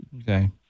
Okay